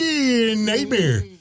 nightmare